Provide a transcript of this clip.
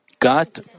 God